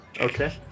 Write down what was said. Okay